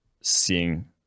seeing